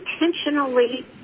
intentionally